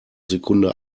sekunde